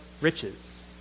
riches